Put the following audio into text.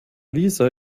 lisa